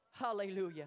Hallelujah